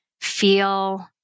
feel